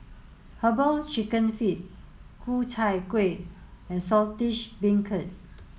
herbal chicken feet Ku Chai Kuih and Saltish Beancurd